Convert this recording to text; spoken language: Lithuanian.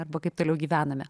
arba kaip toliau gyvename